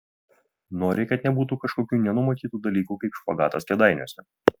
nori kad nebūtų kažkokių nenumatytų dalykų kaip špagatas kėdainiuose